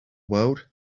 world